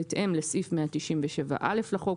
בהתאם לסעיף 197(א) לחוק,